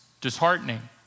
disheartening